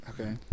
Okay